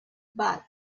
but